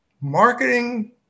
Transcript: marketing